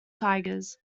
tigers